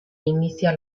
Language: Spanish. inicia